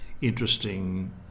interesting